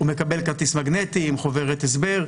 הוא מקבל כרטיס מגנטי עם חוברת הסבר,